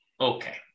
Okay